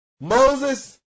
Moses